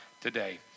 today